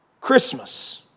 Christmas